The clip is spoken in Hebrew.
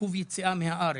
עיכוב יציאה מן הארץ,